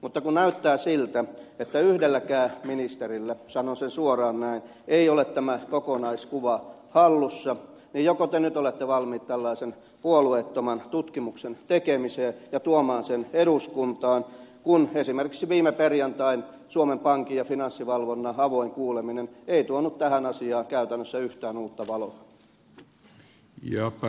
mutta kun näyttää siltä että yhdelläkään ministerillä sanon sen suoraan näin ei ole tämä kokonaiskuva hallussa niin joko te nyt olette valmiit tällaisen puolueettoman tutkimuksen tekemiseen ja tuomaan sen eduskuntaan kun esimerkiksi viime perjantain suomen pankin ja finanssivalvonnan avoin kuuleminen ei tuonut tähän asiaan käytännössä yhtään uutta valoa